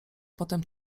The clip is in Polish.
potem